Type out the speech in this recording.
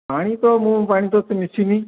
ପାଣି ତ ମୁଁ ପାଣି ତ ଏତେ ମିଶିନି